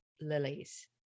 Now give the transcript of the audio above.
lilies